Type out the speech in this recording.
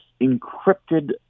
encrypted